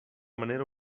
manera